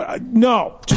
No